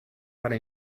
para